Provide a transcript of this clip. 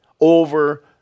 over